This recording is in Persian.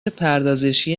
پردازشی